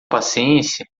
paciência